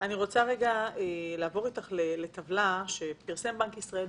אני רוצה רגע לעבור איתך לטבלה שפרסם בנק ישראל.